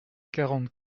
quarante